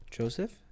Joseph